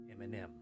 Eminem